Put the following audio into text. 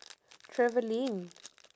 travelling